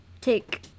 Take